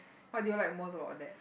what do you like most about that